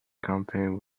campaign